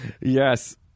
Yes